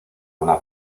una